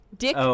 Dick